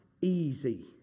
easy